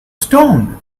stoned